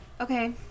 Okay